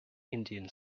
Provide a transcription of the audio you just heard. indian